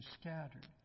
scattered